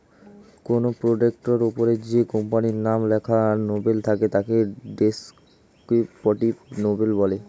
কোনো প্রোডাক্টের ওপরে যে কোম্পানির নাম লেখা লেবেল থাকে তাকে ডেসক্রিপটিভ লেবেল বলে